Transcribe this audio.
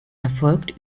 erfolgt